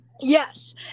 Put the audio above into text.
Yes